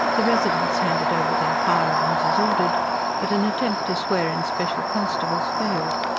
the residents handed over their firearms as ordered but an attempt to swear in special constables failed,